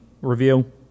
review